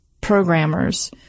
programmers